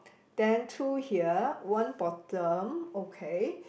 then two here one bottom okay